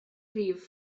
rhif